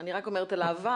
אני רק אומרת על העבר.